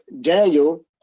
Daniel